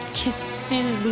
kisses